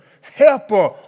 helper